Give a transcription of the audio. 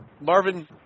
Marvin